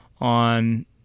on